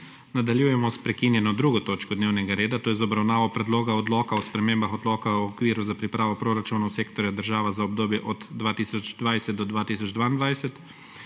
**Nadaljujemo s prekinjeno 2. točko dnevnega reda, obravnavo Predloga odloka o spremembah Odloka o okviru za pripravo proračunov sektorja država za obdobje od 2020 do 2022.**